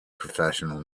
professional